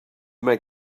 make